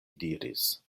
diris